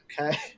Okay